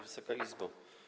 Wysoka Izbo!